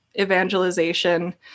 evangelization